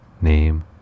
Name